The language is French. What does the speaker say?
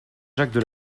jacques